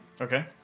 okay